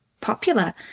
popular